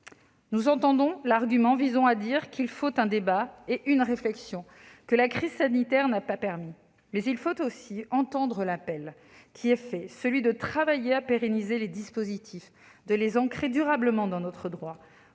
Nous entendons l'argument consistant à dire qu'il faut un débat et une réflexion, que la crise sanitaire n'a pas permis. Reste qu'il faut aussi entendre l'appel qui est fait, à savoir travailler à pérenniser les dispositifs, les ancrer durablement dans notre droit,